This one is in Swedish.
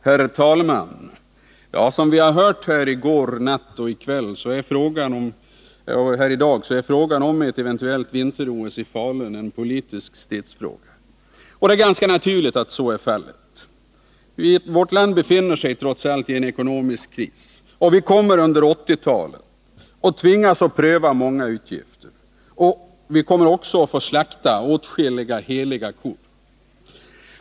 Herr talman! Som vi har hört här i går natt och i dag är frågan om ett eventuellt vinter-OS i Falun en politisk stridsfråga. Det är ganska naturligt att så är fallet. Vårt land befinner sig trots allt i en ekonomisk kris. Vi kommer under 1980-talet att tvingas pröva många utgifter. Vi kommer även att tvingas slakta åskilliga heliga kor.